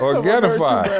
Organifi